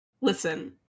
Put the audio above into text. Listen